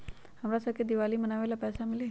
हमरा शव के दिवाली मनावेला पैसा मिली?